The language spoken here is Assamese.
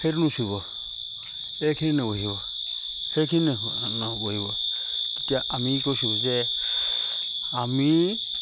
সেইটো নুচুব এইখিনিত নবহিব সেইখিনিত নবহিব তেতিয়া আমি কৈছোঁ যে আমি